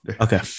Okay